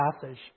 passage